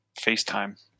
FaceTime